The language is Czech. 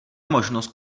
možnost